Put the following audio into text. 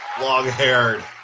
long-haired